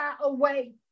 away